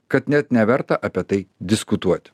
kad net neverta apie tai diskutuoti